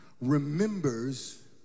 remembers